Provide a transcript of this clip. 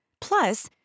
Plus